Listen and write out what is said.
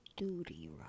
duty